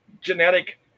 genetic